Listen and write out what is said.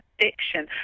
addiction